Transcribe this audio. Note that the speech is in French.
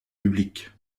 public